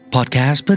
Podcast